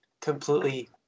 completely